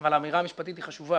אבל האמירה המשפטית היא חשובה,